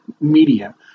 media